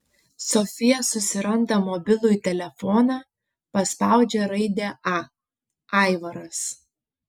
sofija susiranda mobilųjį telefoną paspaudžia raidę a aivaras